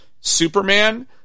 Superman